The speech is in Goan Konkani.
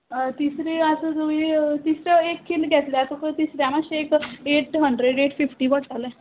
हय तिसरी आसा तुवें तिसऱ्यो एक कील घेतल्या तुका तिसऱ्या मातशें एक एट हंड्रेड एट फिफ्टी पडटलें